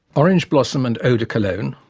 orange-blossom and eau-de-cologne,